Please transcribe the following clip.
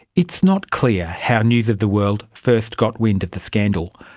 it's not clear how news of the world first got wind of the scandal,